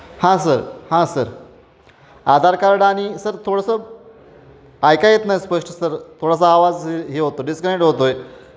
हां सर हां sir Aadhaar card आणि सर थोडंसं ऐकू येत नाही स्पष्ट सर थोडासा आवाज हे होतं डिस्कनेक्ट होतो आहे